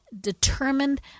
determined